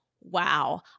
wow